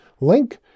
link